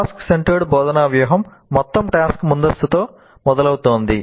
task centred బోధనా వ్యూహం మొత్తం టాస్క్ ముందస్తుతో మొదలవుతుంది